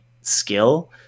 skill